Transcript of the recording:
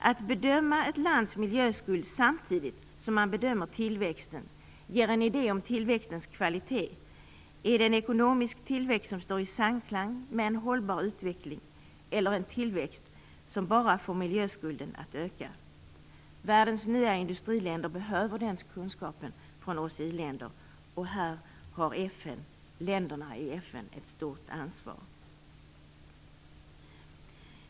Att bedöma ett lands miljöskuld samtidigt som man bedömer tillväxten ger en idé om tillväxtens kvalitet. Är det en ekonomisk tillväxt som står i samklang med en hållbar utveckling eller en tillväxt som bara får miljöskulden att öka? Världens nya industriländer behöver den kunskapen från oss i-länder. Här har länderna i FN ett stort ansvar.